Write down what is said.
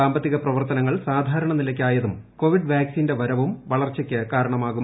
സാമ്പത്തിക പ്രവർത്തനങ്ങൾ സാധാരണ നിലയ്ക്കായതും കോവിഡ് വാക്സിന്റെ വരവും വളർച്ചയ്ക്ക് കാരണമാകും